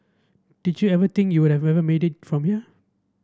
did you ever think you would have made it from here